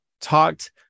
talked